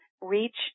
reach